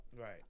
Right